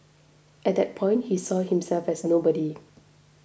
at that point he saw himself as nobody